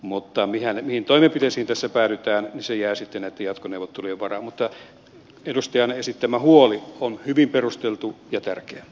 mutta mihin toimenpiteisiin tässä päädytään se jää sitten näitten jatkoneuvottelujen varaan mutta edustajan esittämä huoli on hyvin perusteltu ja tärkeä